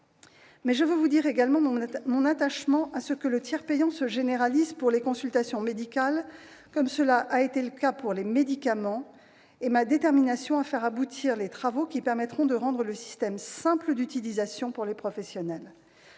Mais je veux vous dire également mon attachement à ce que le tiers payant se généralise pour les consultations médicales, comme cela a été le cas pour les médicaments, et ma détermination à faire aboutir les travaux qui permettront de rendre le système simple d'utilisation pour les professionnels.